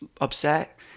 upset